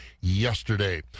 yesterday